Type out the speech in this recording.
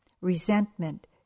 Resentment